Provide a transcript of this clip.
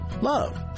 Love